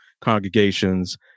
congregations